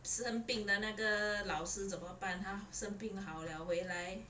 生病的那个老师怎么办他生病好 liao 回来